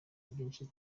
byinshi